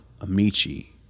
Amici